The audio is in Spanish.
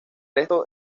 resto